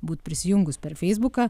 būti prisijungus per feisbuką